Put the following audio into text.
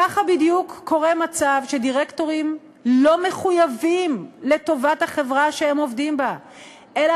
ככה בדיוק קורה מצב שדירקטורים לא מחויבים לטובת החברה שהם עובדים בה אלא